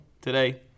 today